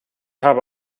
habe